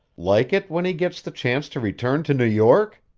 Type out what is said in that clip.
like it when he gets the chance to return to new york?